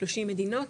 30 מדינות,